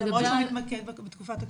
ככל שהוא מתמקד בתקופת הקורונה.